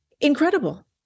incredible